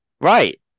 Right